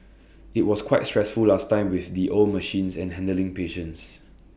IT was quite stressful last time with the old machines and handling patients